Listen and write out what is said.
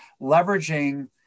leveraging